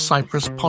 Cyprus